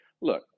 Look